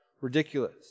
ridiculous